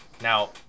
Now